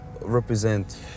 represent